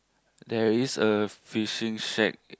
there is a fishing shack